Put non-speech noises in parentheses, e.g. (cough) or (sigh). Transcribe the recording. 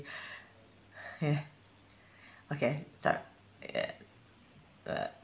(breath) okay okay so ya uh